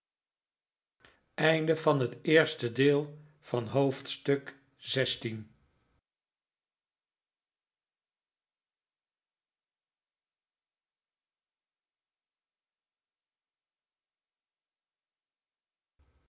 onderwerp van het gesprek haar van het